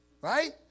right